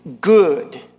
good